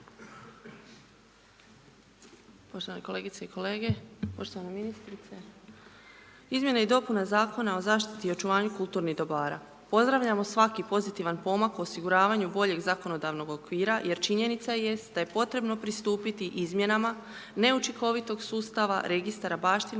Poštovane kolegice i kolege, poštovana ministrice. Izmjena i dopuna Zakona o zaštiti i očuvanju kulturnih dobara. Pozdravljamo svaki pozitivan pomak u osiguravanju boljeg zakonodavnog okvira jer činjenica jest da je potrebno pristupiti izmjenama neučinkovitog sustava registara baštine